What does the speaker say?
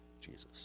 Jesus